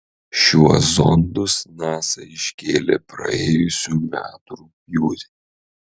šiuo zondus nasa iškėlė praėjusių metų rugpjūtį